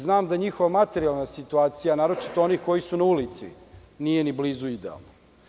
Znam da njihova materijalna situacija, a naročito onih koji su na ulici, nije idealna.